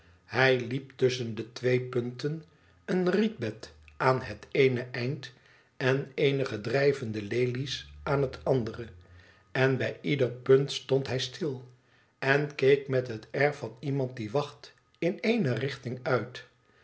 hij liep tusschen de twee punten een rietbed aan het eene eind en eenige drijvende lelies aan het andere en bij ieder punt stond hij stil en keek met het air van iemand die wacht in ééne richting uit